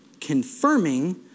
confirming